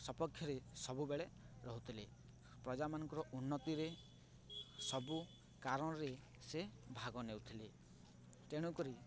ସପକ୍ଷରେ ସବୁବେଳେ ରହୁଥିଲେ ପ୍ରଜାମାନଙ୍କର ଉନ୍ନତିରେ ସବୁ କାରଣରେ ସେ ଭାଗ ନେଉଥିଲେ ତେଣୁକରି